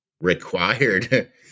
required